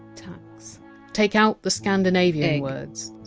tax take out the scandinavian words,